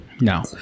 No